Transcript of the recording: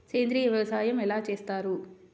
సేంద్రీయ వ్యవసాయం ఎలా చేస్తారు?